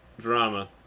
drama